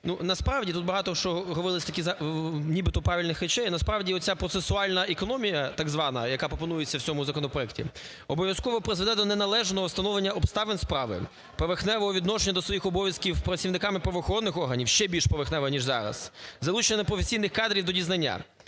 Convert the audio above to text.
Насправді, тут багато що говорилося нібито правильних речей, а насправді ця процесуальна економія, так звана, яка пропонується в цьому законопроекті, обов'язково призведе до неналежного встановлення обставин справи, поверхневого відношення до своїх обов'язків працівниками правоохоронних органів, ще більш поверхнево ніж зараз, залучення неповноцінних кадрів до дізнання.